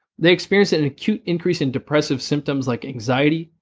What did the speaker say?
they experienced an acute increase in depressive symptoms like anxiety,